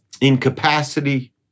incapacity